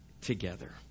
together